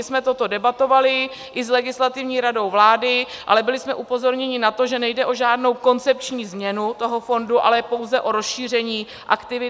My jsme toto debatovali i s Legislativní radou vlády, ale byli jsme upozorněni na to, že nejde o žádnou koncepční změnu toho fondu, ale pouze o rozšíření aktivit.